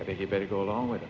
i think you better go along with